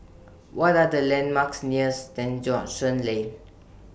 What Are The landmarks near St George's Lane